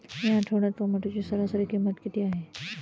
या आठवड्यात टोमॅटोची सरासरी किंमत किती आहे?